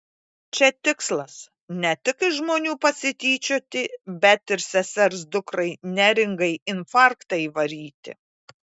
čia tikslas ne tik iš žmonių pasityčioti bet ir sesers dukrai neringai infarktą įvaryti